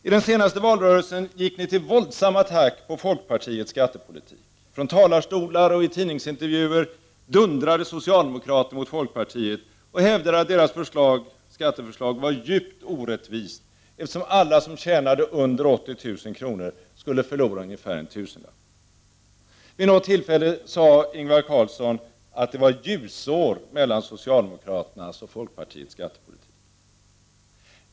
I den senaste valrörelsen gick ni till våldsam attack mot folkpartiets skattepolitik.Från talarstolar och i tidningsintervjuer dundrade socialdemokrater mot folkpartiet och hävdade att dess skatteförslag var djupt orättvist, eftersom alla som tjänade under 80 000 kr. skulle förlora ungefär en tusenlapp. Vid något tillfälle sade Ingvar Carlsson att det var ljusår mellan socialdemokraternas och folkpartiets skattepolitik.